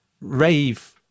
Rave